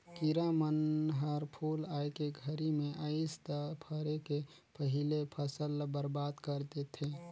किरा मन हर फूल आए के घरी मे अइस त फरे के पहिले फसल ल बरबाद कर देथे